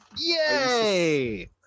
Yay